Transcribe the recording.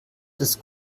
des